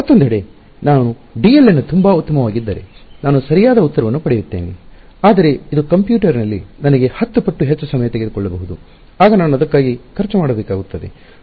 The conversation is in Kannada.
ಮತ್ತೊಂದೆಡೆ ನಾನು ಡಿಎಲ್ ಅನ್ನು ತುಂಬಾ ಉತ್ತಮವಾಗಿದ್ದರೆ ನಾನು ಸರಿಯಾದ ಉತ್ತರವನ್ನು ಪಡೆಯುತ್ತೇನೆ ಆದರೆ ಇದು ಕಂಪ್ಯೂಟರ್ನಲ್ಲಿ ನನಗೆ 10 ಪಟ್ಟು ಹೆಚ್ಚು ಸಮಯ ತೆಗೆದುಕೊಳ್ಳಬಹುದು ಆಗ ನಾನು ಅದಕ್ಕಾಗಿ ಖರ್ಚು ಮಾಡಬೇಕಾಗಿತ್ತು